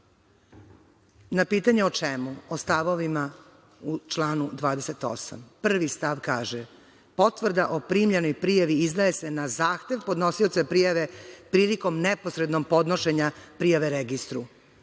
na pitanje o čemu, o stavovima u članu 28. prvi stav kaže – potvrda o primljenoj prijavi izdaje se na zahtev podnosioca prijave prilikom neposrednog podnošenja prijave registru.